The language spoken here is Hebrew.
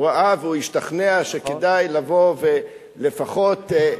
הוא ראה והשתכנע שכדאי לבוא ולפחות,